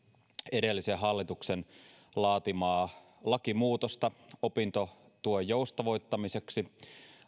edellisen hallituksen laatimaa lakimuutosta opintotuen joustavoittamiseksi